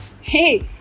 Hey